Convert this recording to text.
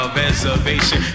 reservation